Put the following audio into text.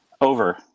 Over